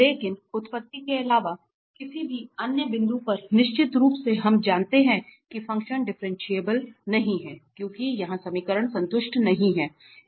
लेकिन उत्पत्ति के अलावा किसी भी अन्य बिंदु पर निश्चित रूप से हम जानते हैं कि फ़ंक्शन डिफरेंशिएबल नहीं है क्योंकि यहां समीकरण संतुष्ट नहीं हैं